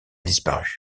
disparu